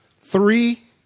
Three